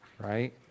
right